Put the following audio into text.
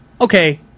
okay